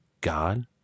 God